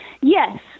Yes